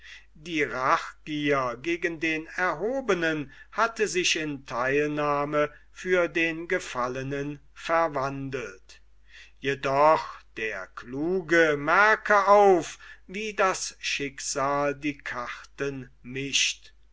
die rachgier gegen den erhobenen hatte sich in theilnahme für den gefallenen verwandelt jedoch der kluge merke auf wie das schicksal die karten mischt